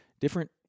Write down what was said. different